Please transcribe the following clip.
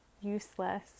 useless